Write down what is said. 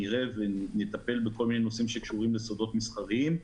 נראה ונטפל בכל מיני נושאים שקשורים לסודות מסחריים,